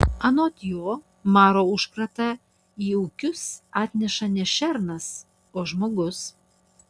anot jo maro užkratą į ūkius atneša ne šernas o žmogus